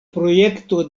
projekto